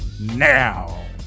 now